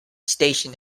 station